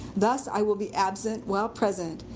thus i will be absent while present,